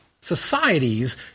Societies